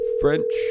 French